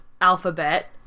alphabet